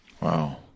Wow